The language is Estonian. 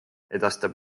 edastab